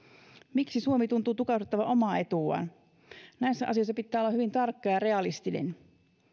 miksi suomi tuntuu tukahduttavan omaa etuaan näissä asioissa pitää olla hyvin tarkka ja realistinen